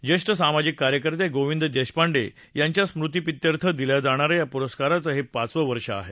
ज्येष्ठ सामाजिक कार्यकर्ते गोविंद देशपांडे यांच्या स्मृतीप्रित्यर्थ दिल्या जाणाऱ्या या पुरस्काराचं हे पाचवं वर्ष आहे